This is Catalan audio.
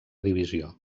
divisió